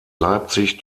leipzig